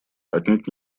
отнюдь